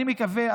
אני מקווה,